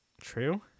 True